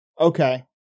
Okay